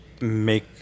make